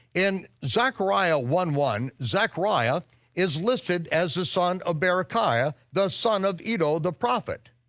in zechariah one one, zechariah is listed as the son of berechiah, the son of iddo the prophet.